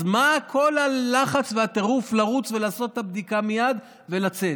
אז מה כל הלחץ והטירוף לרוץ ולעשות את הבדיקה מייד ולצאת?